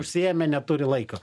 užsiėmę neturi laiko